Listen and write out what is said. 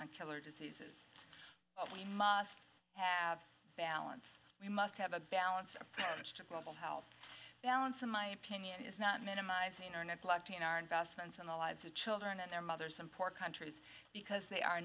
on killer diseases but we must have balance we must have a balanced approach to global health balance in my opinion is not minimizing or neglecting our investments in the lives of children and their mothers and poor countries because they are